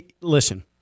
listen